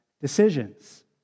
Decisions